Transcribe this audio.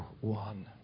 one